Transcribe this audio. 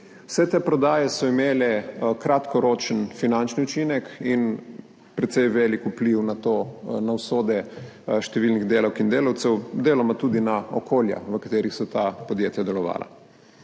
Vse te prodaje so imele kratkoročen finančni učinek in precej velik vpliv na usode številnih delavk in delavcev, deloma tudi na okolja, v katerih so ta podjetja delovala.